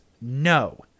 No